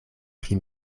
pri